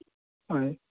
হয়